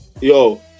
yo